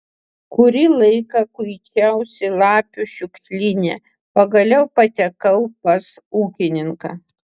kurį laiką kuičiausi lapių šiukšlyne pagaliau patekau pas ūkininką